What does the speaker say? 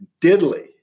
diddly